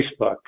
facebook